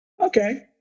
Okay